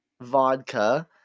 vodka